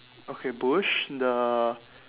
okay bush the